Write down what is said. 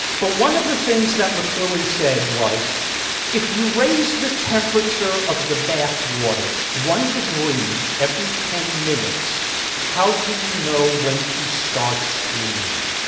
but one of the things that mcluhan said was if you raise the temperature of the bath water one degree every ten minutes how do you know when to start screaming.